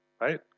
Right